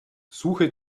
suche